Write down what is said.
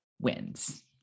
wins